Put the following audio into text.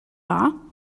wahr